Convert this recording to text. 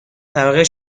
طبقه